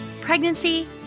pregnancy